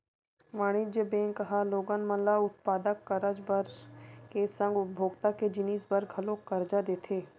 वाणिज्य बेंक ह लोगन मन ल उत्पादक करज बर के संग उपभोक्ता के जिनिस बर घलोक करजा देथे